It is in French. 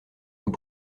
nous